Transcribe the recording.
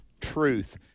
truth